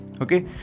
okay